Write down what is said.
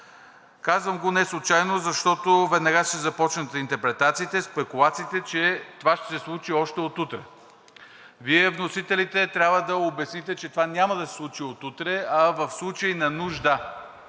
Казвам го неслучайно, защото веднага ще започнат интерпретациите, спекулациите, че това ще се случи още от утре. Вие, вносителите, трябва да обясните, че това няма да се случи от утре, а в случай на нужда